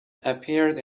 appeared